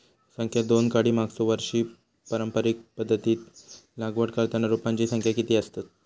संख्या दोन काडी मागचो वर्षी पारंपरिक पध्दतीत लागवड करताना रोपांची संख्या किती आसतत?